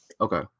Okay